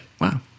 wow